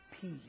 peace